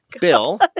Bill